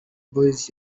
boys